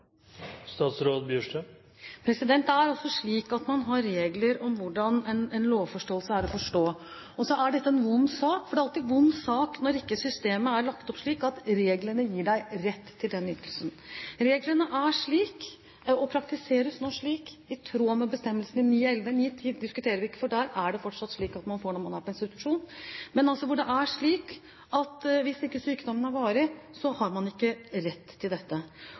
Det er slik at man har regler for hvordan en lovparagraf er å forstå. Og så er dette en vond sak. Det er alltid en vond sak når systemet ikke er lagt opp slik at reglene gir deg rett til en spesiell ytelse. Reglene praktiseres nå i tråd med bestemmelsene i § 9-11 –§ 9-10 diskuterer vi ikke, for der er det fortsatt slik at man får ytelse når man er på institusjon – og hvis ikke sykdommen er varig, har man ikke rett til denne ytelsen. Det må ikke fremstilles som om man da ikke har rett til